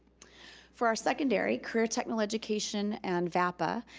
for our secondary, career technical education and vapa,